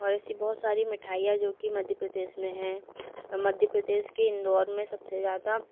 और ऐसी बहुत सारी मिठाईयाँ जो कि मध्य प्रदेश में हैं मध्य प्रदेश के इंदौर में सबसे ज़्यादा